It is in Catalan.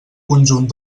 conjunt